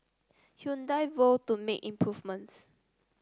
Hyundai vowed to make improvements